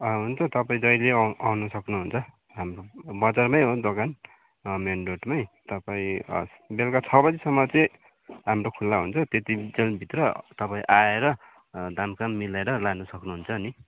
हुन्छ तपाईँ जैले आउ आउनु सक्नुहुन्छ हाम्रो बजारमै हो दोकान मेन रोडमै तपाईँ बेलुका छ बजीसम्म चाहिँ हाम्रो खुल्ला हुन्छ तेतिन्जेलभित्र तपाईँ आएर दाम साम मिलाएर लानु सक्नु हुन्छ नि